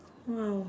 !wow!